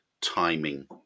timing